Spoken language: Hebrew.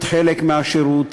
להיות חלק מהשירות